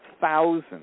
thousands